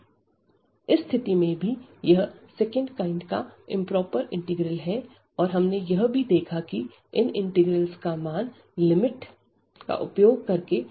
स्थिति में भी यह सेकंड काइंड का इंप्रोपर इंटीग्रल है और हमने यह भी देखा कि इन इंटीग्रल्स का मान लिमिट का उपयोग करके कैसे ज्ञात किया जा सकता है